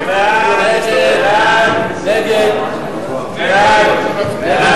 הצעות הסיכום שהביא חבר הכנסת זאב אלקין נתקבלה.